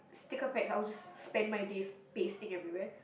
sticker packs I would just spend my days pasting everywhere